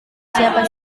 siapa